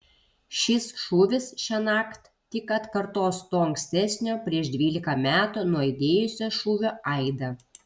šis šūvis šiąnakt tik atkartos to ankstesnio prieš dvylika metų nuaidėjusio šūvio aidą